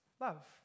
Love